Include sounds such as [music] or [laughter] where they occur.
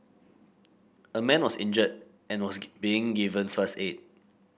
a man was injured and was [unintelligible] being given first aid